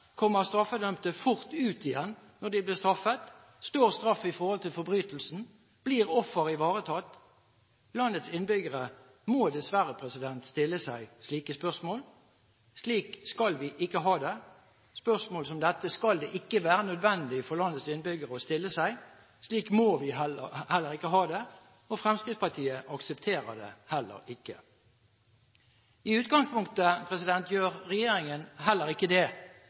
straffedømte fort ut igjen når de blir straffet? Står straffen i forhold til forbrytelsen? Blir offeret ivaretatt? Landets innbyggere må dessverre stille seg slike spørsmål. Slik skal vi ikke ha det. Spørsmål som dette skal det ikke være nødvendig for landets innbyggere å stille seg. Slik må vi heller ikke ha det. Fremskrittspartiet aksepterer det heller ikke. I utgangspunktet gjør regjeringen heller ikke det.